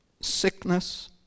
sickness